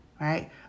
right